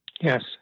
Yes